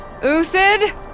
uthid